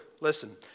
listen